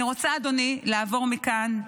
אני רוצה, אדוני, לעבור מכאן,